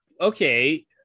okay